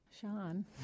Sean